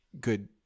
good